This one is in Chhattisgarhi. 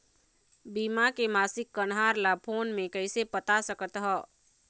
बीमा के मासिक कन्हार ला फ़ोन मे कइसे पता सकत ह?